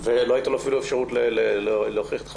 ולא הייתה לו אפילו אפשרות להוכיח את חפותו,